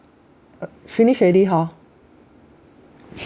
uh finish already hor